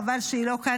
חבל שהיא לא כאן,